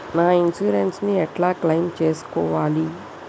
నా ఇన్సూరెన్స్ ని ఎట్ల క్లెయిమ్ చేస్కోవాలి?